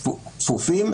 כפופים,